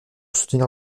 soutenir